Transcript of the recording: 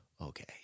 okay